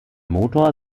motor